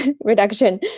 reduction